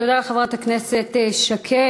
תודה לחברת הכנסת שקד.